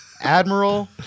Admiral